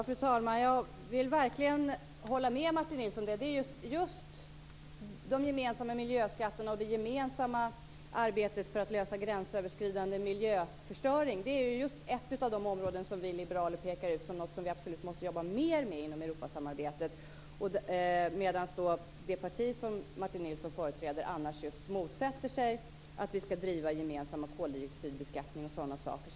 Fru talman! Jag vill verkligen hålla med Martin Nilsson om det. De gemensamma miljöskatterna och det gemensamma arbetet för att lösa gränsöverskridande miljöförstöring är just ett av de områden som vi liberaler pekar ut som något som vi absolut måste arbeta mer med inom Europasamarbetet. Det parti som Martin Nilsson företräder motsätter sig annars just att vi ska driva gemensam koldioxidbeskattning och sådana saker.